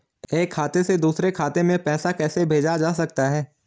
एक खाते से दूसरे खाते में पैसा कैसे भेजा जा सकता है?